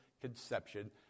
conception